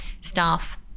staff